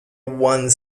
one